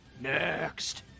Next